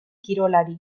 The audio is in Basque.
kirolari